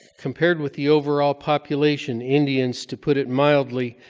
compared with the overall population, indians, to put it mildly,